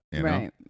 right